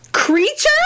Creature